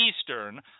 Eastern